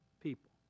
people